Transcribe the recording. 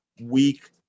week